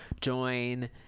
join